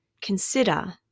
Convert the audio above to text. consider